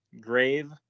grave